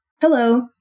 Hello